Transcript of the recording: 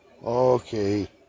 Okay